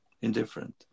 Indifferent